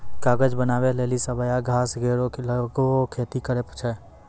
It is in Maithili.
कागज बनावै लेलि सवैया घास केरो लोगें खेती करै छै